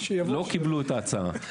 לא קיבלו את ההצעה.